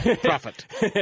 profit